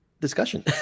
discussion